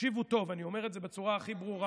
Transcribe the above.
תקשיבו טוב, אני אומר את זה בצורה הכי ברורה